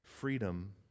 Freedom